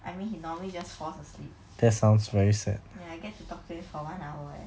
I mean he normally just falls asleep ya I get to talk to him for one hour eh